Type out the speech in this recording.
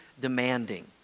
demanding